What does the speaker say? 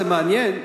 זה מעניין,